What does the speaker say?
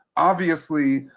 obviously,